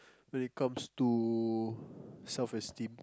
when it comes to self esteem